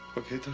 okay, tony?